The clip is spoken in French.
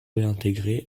réintégré